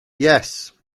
yes